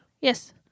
Yes